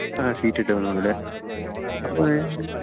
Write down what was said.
ആ ഷീറ്റിട്ടതാണ് അല്ലെ അപ്പോൾ